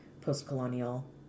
post-colonial